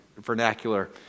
vernacular